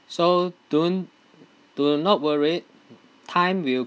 so don't do not worry time will